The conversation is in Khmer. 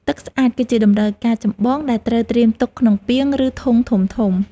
ទឹកស្អាតគឺជាតម្រូវការចម្បងដែលត្រូវត្រៀមទុកក្នុងពាង ឬធុងធំៗ។